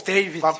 David